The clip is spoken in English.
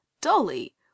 dolly